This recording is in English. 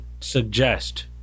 suggest